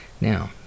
Now